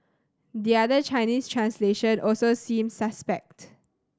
the other Chinese translation also seems suspect